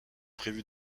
prévu